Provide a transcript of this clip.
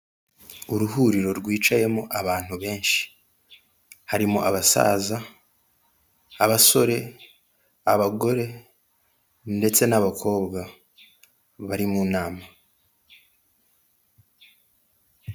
Uruhuriro rwicayemo abantu benshi. Harimo abasaza, abasore, abagore ndetse n'abakobwa. Bari mu nama.